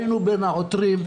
היינו בין העותרים,